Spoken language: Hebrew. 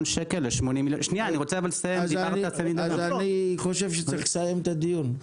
שקל ל-80 מיליון שקל -- אז אני חושב שצריך לסיים את הדיור.